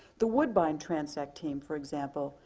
the woodbine transect team for example,